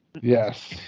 Yes